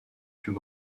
plus